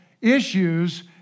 issues